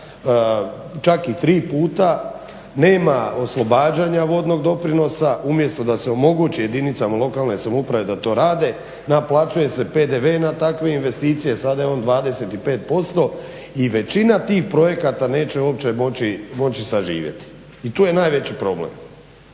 čak i tri puta, nema oslobađanja vodnog doprinosa umjesto da se omogući jedinicama lokalne samouprave da to rade, naplaćuje se PDV i na takve investicije, sada je on 25% i većina tih projekata neće uopće moći saživjeti. I tu je najveći problem